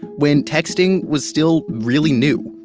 when texting was still really new,